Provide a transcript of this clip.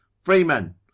Freeman